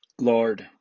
Lord